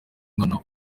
mwana